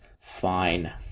fine